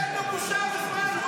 אין לו בושה בכלל, הוא